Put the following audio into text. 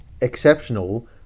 exceptional